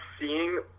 seeing